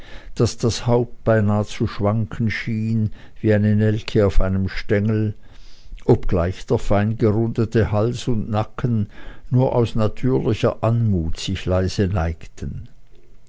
daß das haupt beinah zu schwanken schien wie eine nelke auf ihrem stengel obgleich der feingerundete hals und nacken nur aus natürlicher anmut sich leise